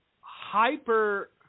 hyper